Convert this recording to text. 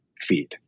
feed